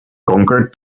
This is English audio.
conquered